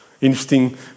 interesting